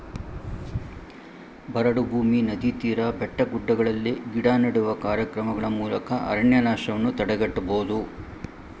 ಬರಡು ಭೂಮಿ, ನದಿ ತೀರ, ಬೆಟ್ಟಗುಡ್ಡಗಳಲ್ಲಿ ಗಿಡ ನೆಡುವ ಕಾರ್ಯಕ್ರಮಗಳ ಮೂಲಕ ಅರಣ್ಯನಾಶವನ್ನು ತಡೆಗಟ್ಟಬೋದು